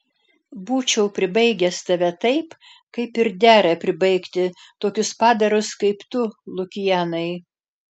būčiau pribaigęs tave taip kaip ir dera pribaigti tokius padarus kaip tu lukianai